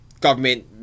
Government